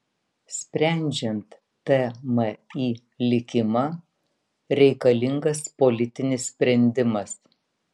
sprendžiant tmi likimą reikalingas politinis sprendimas